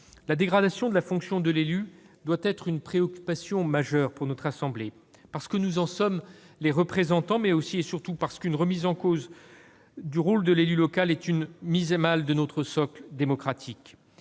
La dégradation de la fonction d'élu doit être une préoccupation majeure pour notre assemblée, parce que nous sommes les représentants des élus, mais aussi et surtout parce qu'une remise en cause du rôle de l'élu local est une mise à mal de notre socle démocratique.